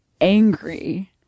angry